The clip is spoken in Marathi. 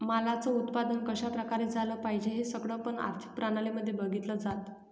मालाच उत्पादन कशा प्रकारे झालं पाहिजे हे सगळं पण आर्थिक प्रणाली मध्ये बघितलं जातं